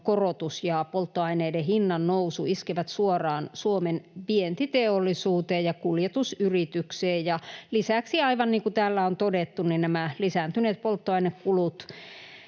korotus ja polttoaineiden hinnannousu iskevät suoraan Suomen vientiteollisuuteen ja kuljetusyrityksiin. Ja lisäksi, aivan niin kuin täällä on todettu, nämä lisääntyneet polttoainekulut